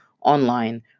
online